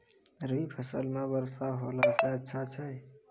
रवी फसल म वर्षा होला से अच्छा छै?